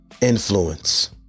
influence